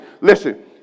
listen